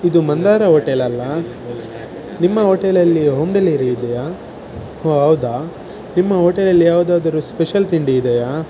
ಇದು ಮಂದಾರ ಹೋಟೆಲಲ್ವಾ ನಿಮ್ಮ ಹೋಟೆಲಲ್ಲಿ ಹೋಂ ಡೆಲೀರಿ ಇದೆಯಾ ಓ ಹೌದಾ ನಿಮ್ಮ ಹೋಟೆಲಲ್ಲಿ ಯಾವುದಾದರೂ ಸ್ಪೆಷಲ್ ತಿಂಡಿ ಇದೆಯಾ